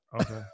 okay